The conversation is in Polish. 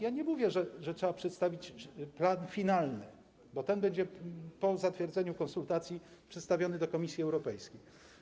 Ja nie mówię, że trzeba przedstawić plan finalny, bo ten będzie po zatwierdzeniu, konsultacji przedstawiony Komisji Europejskiej.